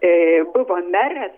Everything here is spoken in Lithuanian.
ee buvo meras